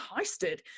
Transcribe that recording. heisted